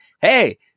hey